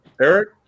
Eric